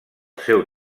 seu